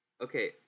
Okay